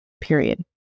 period